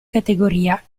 categoria